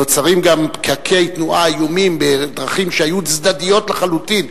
נוצרים פקקי תנועה איומים בדרכים שהיו צדדיות לחלוטין,